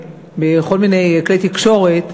בכל מיני כלי תקשורת,